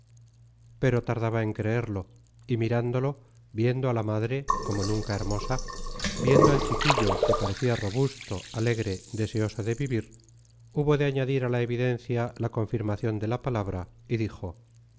pero tardaba en creerlo y mirándolo viendo a la madre como nunca hermosa viendo al chiquillo que parecía robusto alegre deseoso de vivir hubo de añadir a la evidencia la confirmación de la palabra y dijo